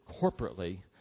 corporately